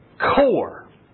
core